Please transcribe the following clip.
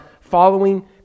following